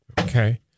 Okay